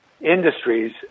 industries